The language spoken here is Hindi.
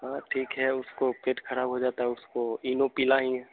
हाँ ठीक है उसका पेट खराब हो जाता है उसको इनो पिलाएँगे